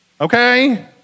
Okay